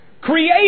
Create